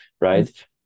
Right